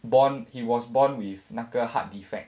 born he was born with 那个 heart defect